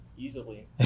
Easily